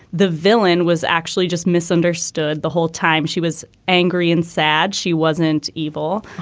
the villain was actually just misunderstood the whole time. she was angry and sad. she wasn't evil.